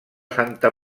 santa